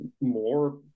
more